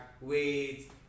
Wait